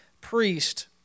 priest